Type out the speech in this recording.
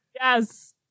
Yes